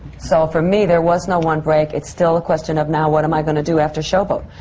so for me, there was no one break. it's still a question of, now, what am i going to do after show boat?